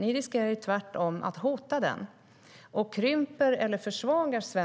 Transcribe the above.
Ni riskerar tvärtom att hota den. Om svensk ekonomi krymper eller försvagas